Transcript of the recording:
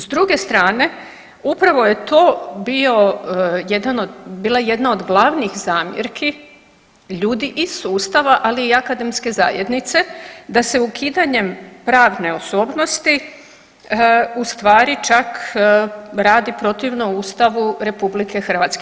S druge strane, upravo je to bio jedan od, bila jedna od glavnih zamjerki ljudi iz sustava, ali i akademske zajednice da se ukidanjem pravne osobnosti ustvari čak radi protivno Ustavu RH.